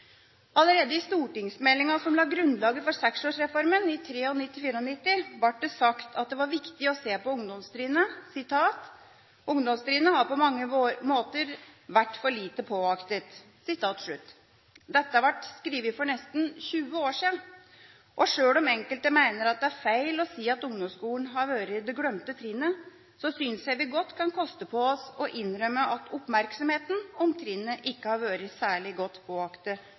Allerede i stortingsmeldingen som la grunnlaget for 6-årsreformen i 1993–1994, ble det sagt at det var viktig å se på ungdomstrinnet: «Ungdomstrinnet har på mange måter vært for lite påaktet.» Dette ble skrevet for nesten 20 år siden. Og sjøl om enkelte mener det er feil å si at ungdomsskolen har vært det glemte trinnet, synes jeg godt vi kan koste på oss å innrømme at oppmerksomheten om trinnet ikke har vært særlig påaktet